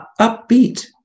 upbeat